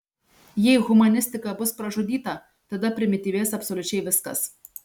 jei humanistika bus pražudyta tada primityvės absoliučiai viskas